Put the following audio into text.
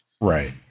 right